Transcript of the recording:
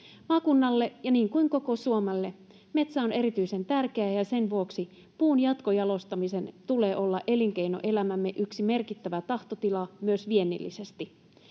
Maakunnalle, niin kuin koko Suomelle, metsä on erityisen tärkeä, ja sen vuoksi puun jatkojalostamisen tulee olla elinkeinoelämämme yksi merkittävä tahtotila myös viennillisesti.